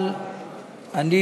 אבל אני